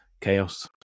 chaos